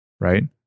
Right